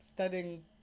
Studying